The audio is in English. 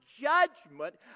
judgment